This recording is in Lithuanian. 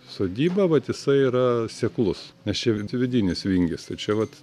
sodyba vat jisai yra seklus nes čia vit vidinis vingis tai čia vat